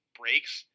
breaks